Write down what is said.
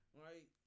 right